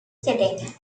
siete